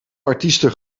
artiesten